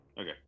Okay